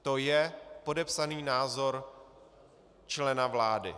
To je podepsaný názor člena vlády.